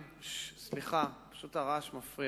סליחה, פשוט הרעש מפריע.